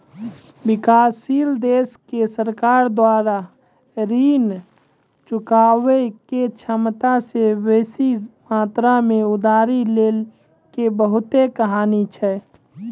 विकासशील देशो के सरकार द्वारा ऋण चुकाबै के क्षमता से बेसी मात्रा मे उधारी लै के बहुते कहानी छै